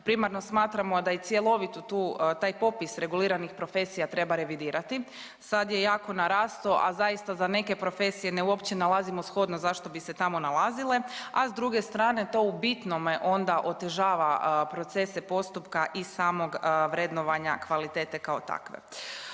Primarno smatramo da je cjelovit taj popis reguliranih profesija treba revidirati. Sad je jako narasto, a zaista za neke profesije uopće ne nalazimo shodno zašto bi se tamo nalazile, a s druge strane to u bitnome onda otežava procese postupka i samog vrednovanja kvalitete kao takve.